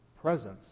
presence